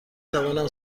توانم